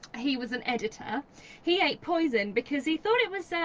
he was an editor he ate poison because he thought it was, ah,